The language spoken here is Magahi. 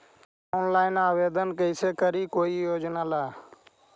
ऑनलाइन आवेदन कैसे करी कोई योजना ला?